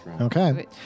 Okay